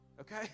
okay